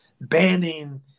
banning